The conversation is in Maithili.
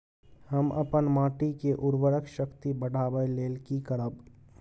हम अपन माटी के उर्वरक शक्ति बढाबै लेल की करब?